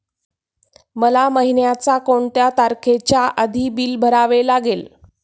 मला महिन्याचा कोणत्या तारखेच्या आधी बिल भरावे लागेल?